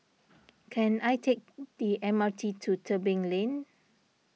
can I take the M R T to Tebing Lane